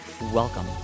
Welcome